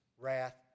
wrath